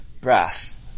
breath